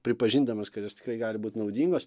pripažindamas kad jos tikrai gali būt naudingos